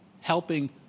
helping